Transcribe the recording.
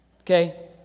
Okay